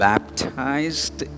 Baptized